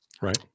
Right